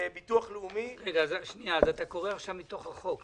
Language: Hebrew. בביטוח לאומי --- אתה קורא עכשיו מתוך החוק,